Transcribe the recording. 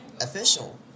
official